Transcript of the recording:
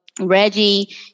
Reggie